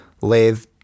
lathe